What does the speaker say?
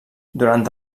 durant